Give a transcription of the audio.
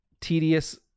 tedious